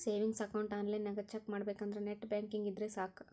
savings account ಆನ್ಲೈನ್ನ್ಯಾಗ check ಮಾಡಬೇಕಂದ್ರ net banking ಇದ್ರೆ ಸಾಕ್